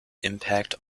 impact